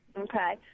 Okay